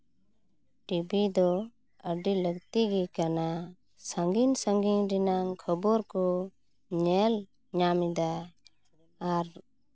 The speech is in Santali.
ᱴᱤᱵᱷᱤ ᱫᱚ ᱟᱹᱰᱤ ᱞᱟᱹᱞᱛᱤ ᱜᱮ ᱠᱟᱱᱟ ᱥᱟᱺᱜᱤᱧᱼᱥᱟᱺᱜᱤᱧ ᱨᱮᱱᱟᱝ ᱠᱷᱚᱵᱚᱨ ᱠᱚ ᱧᱮᱞ ᱧᱟᱢ ᱮᱫᱟ ᱟᱨ